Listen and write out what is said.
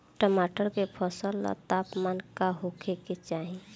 टमाटर के फसल ला तापमान का होखे के चाही?